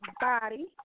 body